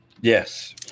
Yes